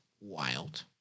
wild